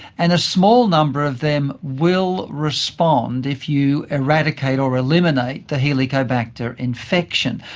and a small number of them will respond if you eradicate or eliminate the helicobacter infection.